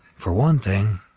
for one thing,